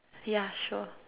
yeah sure